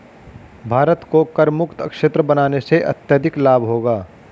भारत को करमुक्त क्षेत्र बनाने से अत्यधिक लाभ होगा